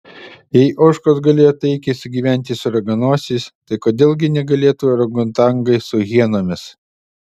jei ožkos galėjo taikiai sugyventi su raganosiais tai kodėl gi negalėtų orangutangai su hienomis